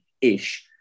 ish